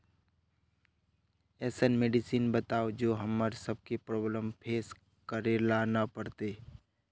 ऐसन मेडिसिन बताओ जो हम्मर सबके प्रॉब्लम फेस करे ला ना पड़ते?